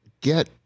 get